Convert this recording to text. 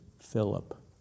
Philip